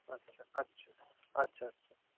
আচ্ছা আচ্ছা আচ্ছা আচ্ছা